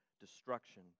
destruction